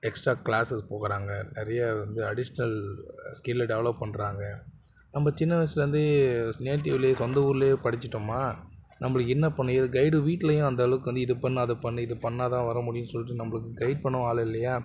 extra classes போகிறாங்க நிறைய வந்து அடிஷ்னல் ஸ்கிலை டெவலப் பண்றாங்க நம்ம சின்ன வயசுலேருந்தே நேட்டிவ்வில் சொந்த ஊரில் படித்திட்டோமா நம்மளுக்கு என்ன பண்ணும் ஏது கைடு வீட்லேயும் அந்தளவுக்கு வந்து இது பண்ணு அது பண்ணு இது பண்ணால்தான் வரமுடியும்னு சொல்லிவிட்டு நம்மளுக்கு கைட் பண்ணவும் ஆளில்லையா